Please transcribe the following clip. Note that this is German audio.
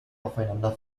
aufeinander